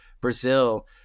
Brazil